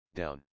down